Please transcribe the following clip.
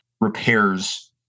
repairs